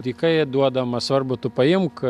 dykai duodama svarbu tu paimk